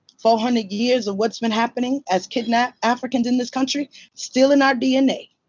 four hundred years of what's been happening as kidnapped africans in this country still in our dna.